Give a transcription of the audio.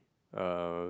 uh